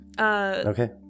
Okay